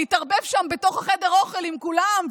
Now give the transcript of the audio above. להתערבב שם בתוך חדר האוכל עם כולם,